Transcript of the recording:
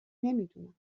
نمیدونم